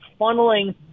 funneling